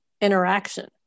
interaction